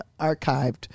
archived